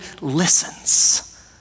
listens